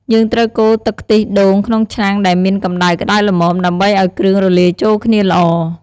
យើងត្រូវកូរទឹកខ្ទិះដូងក្នុងឆ្នាំងដែលមានកម្តៅក្តៅល្មម ដើម្បីឱ្យគ្រឿងរលាយចូលគ្នាល្អ។